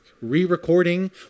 re-recording